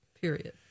Period